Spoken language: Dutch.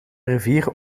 rivier